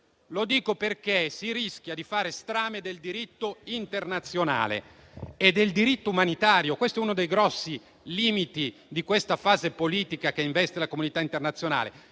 ciò perché si rischia di fare strame del diritto internazionale e del diritto umanitario. Questo è uno dei grossi limiti di questa fase politica che investe la comunità internazionale,